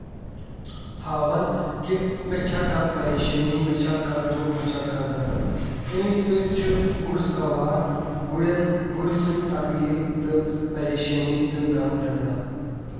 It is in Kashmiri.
ہاوان کہِ مےٚ چھا کانٛہہ پَریشٲنی مےٚ چھا کانٛہہ دُکھ مےٚ چھا کانٛہہ دَرٕد اَمے سۭتۍ چھُ گُر سوار گُرٮ۪ن گُر سُنٛد تَکلیٖف تہٕ پَریشٲنی تہٕ غم پریٚزناوان